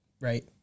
Right